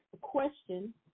question